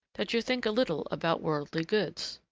that you think a little about worldly goods.